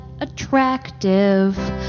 attractive